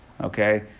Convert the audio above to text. okay